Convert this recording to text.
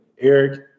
Eric